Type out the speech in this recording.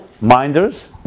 minders